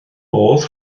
modd